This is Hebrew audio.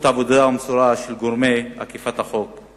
העבודה המסורה של גורמי אכיפת החוק,